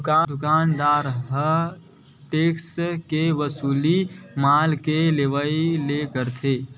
दुकानदार ह टेक्स के वसूली माल के लेवइया ले करथे